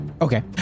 okay